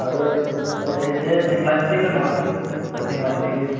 അത് ഇത് തിങ്കളാഴ്ചത്തേക്കുണ്ടാകുമോ അടുത്ത തിങ്കളാഴ്ചത്തേക്ക്